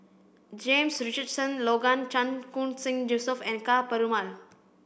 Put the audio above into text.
James Richardson Logan Chan Khun Sing Joseph and Ka Perumal